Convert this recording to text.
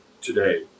today